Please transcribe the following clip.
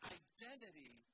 identity